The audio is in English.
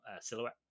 silhouette